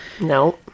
no